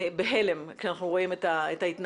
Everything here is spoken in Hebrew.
בהלם כשאנחנו רואים את ההתנהגות.